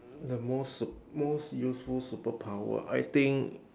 the most most useful superpower I think